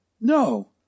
No